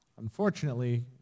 unfortunately